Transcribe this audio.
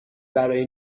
برای